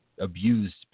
abused